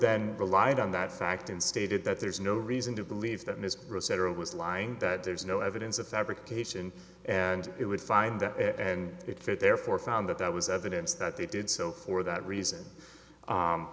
then relied on that fact and stated that there is no reason to believe that ms rowe cetera was lying that there's no evidence of fabrication and it would find that and it fit therefore found that that was evidence that they did so for that reason